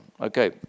Okay